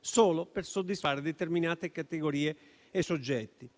solo per soddisfare determinate categorie e soggetti.